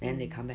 mm